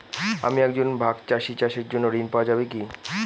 আমি একজন ভাগ চাষি চাষের জন্য ঋণ পাওয়া যাবে কি?